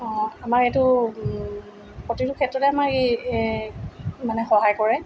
অঁ আমাৰ এইটো প্ৰতিটো ক্ষেত্ৰতে আমাৰ এই মানে সহায় কৰে